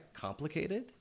complicated